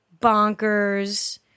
Bonkers